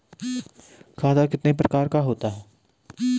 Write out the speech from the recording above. खाता कितने प्रकार का होता है?